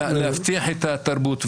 להבטיח את תרבות העצמאות.